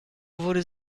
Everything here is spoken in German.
wurde